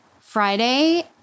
Friday